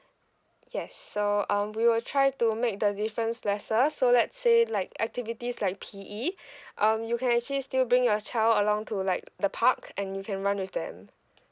yes so um we will try to make the difference lesser so let's say like activities like P_E um you can actually still bring your child along to like the park and you can run with them